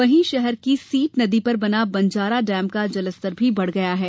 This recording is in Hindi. जिससे शहर की सीप नदी पर बना बंजारा डैम का जल स्तर बढ़ गया है